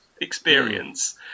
experience